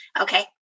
okay